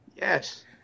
Yes